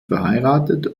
verheiratet